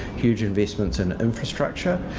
huge investments in infrastructure,